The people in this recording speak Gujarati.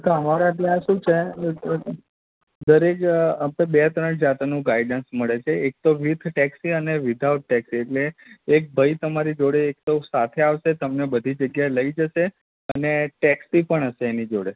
અમારા ત્યાં શું છે દરેક આમ તો બે ત્રણ જાતનું ગાઈડન્સ મળે છે એક તો વિથ ટેક્ષી અને વિથઆઉટ ટેક્ષી એટલે એક ભાઈ તમારી જોડે એક તો સાથે આવશે અને તમને બધી જગ્યા એ લઇ જશે અને ટેક્ષી પણ હશે એની જોડે